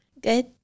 good